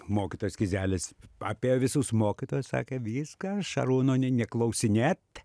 mokytojas kizelis apėjo visus mokytojus sakė viskas šarūno ne neklausinėt